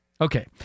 Okay